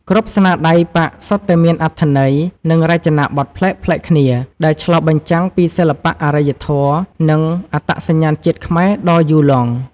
គ្រប់ស្នាដៃប៉ាក់សុទ្ធតែមានអត្ថន័យ និងរចនាបថប្លែកៗគ្នា ដែលឆ្លុះបញ្ចាំងពីសិល្បៈអរិយធម៌ និងអត្តសញ្ញាណជាតិខ្មែរដ៏យូរលង់។